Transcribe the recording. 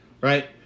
Right